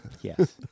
Yes